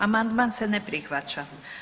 Amandman se ne prihvaća.